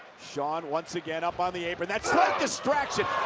shawn once again up on the apron, that slight distraction,